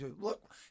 look